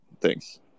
thanks